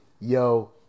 yo